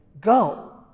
Go